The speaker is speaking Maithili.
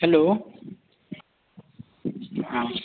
हेलो हँ